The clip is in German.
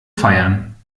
feiern